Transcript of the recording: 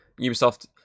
ubisoft